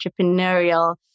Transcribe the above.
entrepreneurial